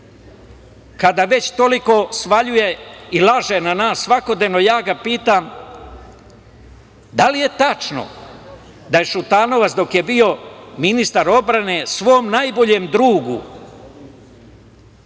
već toliko svaljuje i laže na nas svakodnevno, ja ga pitam – da li je tačno da je Šutanovac dok je bio ministar odbrane svom najboljem drugu